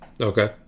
Okay